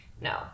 no